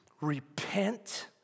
repent